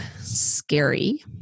scary